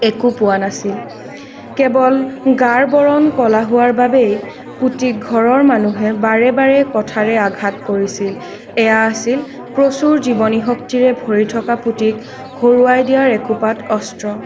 একো পোৱা নাছিল কেৱল গাৰ বৰণ ক'লা হোৱাৰ বাবেই পুতিক ঘৰৰ মানুহে বাৰে বাৰে কথাৰে আঘাত কৰিছিল এইয়া আছিল প্ৰচুৰ জীৱনী শক্তিৰে ভৰি থকা পুতিক হৰুৱাই দিয়াৰ একোপাত অস্ত্ৰ